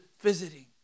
visiting